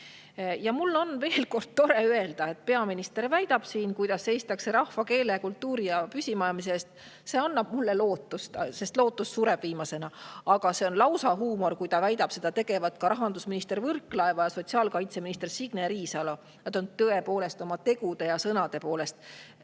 Mul on veel kord tore öelda, et peaminister väidab siin, kuidas seistakse rahva, keele ja kultuuri püsimajäämise eest. See annab mulle lootust, sest lootus sureb viimasena. Aga see on lausa huumor, kui ta väidab, et seda teevad ka rahandusminister Võrklaev ja sotsiaalkaitseminister Signe Riisalo. Nad on tõepoolest oma tegude ja sõnade poolest